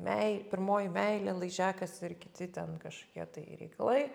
mei pirmoji meilė laižiakas ir kiti ten kažkokie tai reikalai